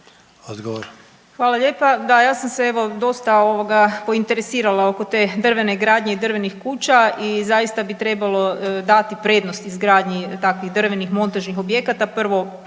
(SDP)** Hvala lijepa. Ja sam se evo dosta interesirala oko te drvene gradnje i drvenih kuća i zaista bi trebalo dati prednost izgradnji takvih drvenih montažnih objekata.